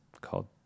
called